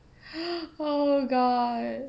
oh god